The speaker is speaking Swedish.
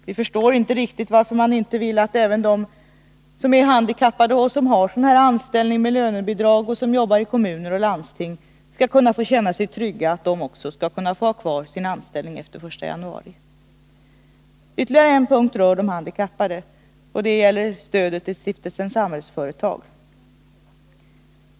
Vi förstår inte riktigt varför man inte vill att även de handikappade som har anställning med lönebidrag och som jobbar i kommuner och landsting skall kunna få känna sig trygga att också de får ha kvar sin anställning efter den 1 januari. Ytterligare en punkt rör de handikappade, och det är stödet till Stiftelsen Samhällsföretag.